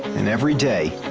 and every day